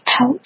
out